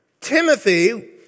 Timothy